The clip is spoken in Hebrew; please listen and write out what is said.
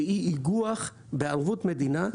שהיא איגוח בערבות מדינה,